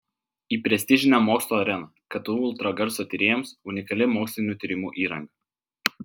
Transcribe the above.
į prestižinę mokslo areną ktu ultragarso tyrėjams unikali mokslinių tyrimų įranga